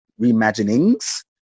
Reimaginings